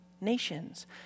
nations